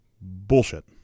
Bullshit